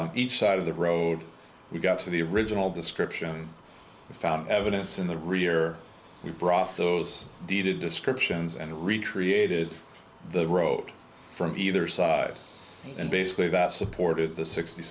on each side of the road we got to the original description we found evidence in the rear we brought those deeded descriptions and recreated the road from either side and basically that supported the sixty